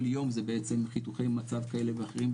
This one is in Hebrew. יום זה בעצם חיתוכי מצב כאלה ואחרים,